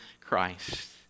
Christ